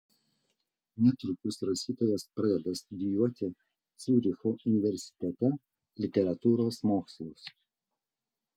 netrukus rašytojas pradeda studijuoti ciuricho universitete literatūros mokslus